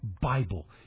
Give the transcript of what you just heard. Bible